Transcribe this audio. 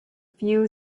few